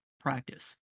practice